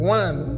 one